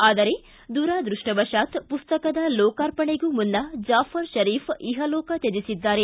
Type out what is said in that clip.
ಆದರೆ ದುರಾದೃಷ್ಷವತಾತ್ ಪುಸ್ತಕದ ಲೋಕಾರ್ಪಣೆಗೆ ಮುನ್ನ ಜಾಫರ್ ಶರೀಫ್ ಇಹಲೋಕ ತ್ತಜಿಸಿದ್ದಾರೆ